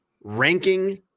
ranking